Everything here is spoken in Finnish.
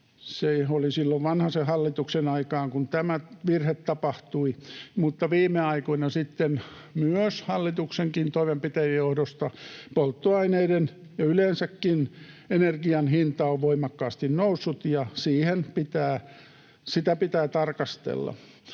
Se oli silloin Vanhasen hallituksen aikaan, kun tämä virhe tapahtui. Viime aikoina sitten myös hallituksenkin toimenpiteiden johdosta polttoaineiden ja yleensäkin energian hinta on voimakkaasti noussut, ja sitä pitää tarkastella.